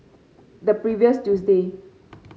the previous Tuesday